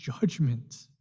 judgment